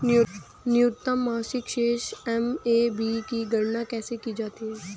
न्यूनतम मासिक शेष एम.ए.बी की गणना कैसे की जाती है?